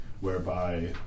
whereby